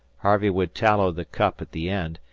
harvey would tallow the cup at the end,